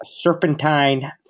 serpentine